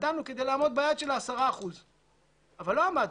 נתנה כדי לעמוד ביעד של 10%. אבל לא עמדנו.